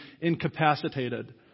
incapacitated